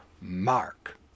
mark